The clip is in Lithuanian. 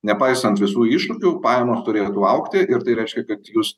nepaisant visų iššūkių pajamos turėtų augti ir tai reiškia kad jūs